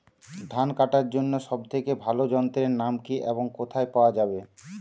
ধান কাটার জন্য সব থেকে ভালো যন্ত্রের নাম কি এবং কোথায় পাওয়া যাবে?